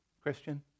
Christian